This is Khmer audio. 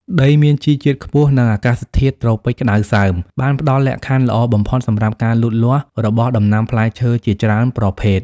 ដីមានជីជាតិខ្ពស់ និងអាកាសធាតុត្រូពិចក្តៅសើមបានផ្តល់លក្ខខណ្ឌល្អបំផុតសម្រាប់ការលូតលាស់របស់ដំណាំផ្លែឈើជាច្រើនប្រភេទ។